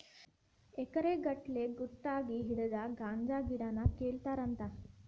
ಎಕರೆ ಗಟ್ಟಲೆ ಗುತಗಿ ಹಿಡದ ಗಾಂಜಾ ಗಿಡಾನ ಕೇಳತಾರಂತ